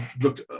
look